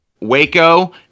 Waco